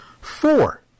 Four